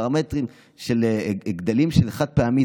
פרמטרים של גדלים של חד-פעמי.